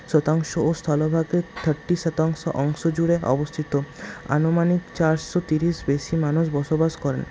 শতাংশ ও স্থলভাগের থার্টি শতাংশ অংশ জুড়ে অবস্থিত আনুমানিক চারশো তিরিশ বেশি মানুষ বসবাস করেন